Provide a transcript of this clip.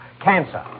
cancer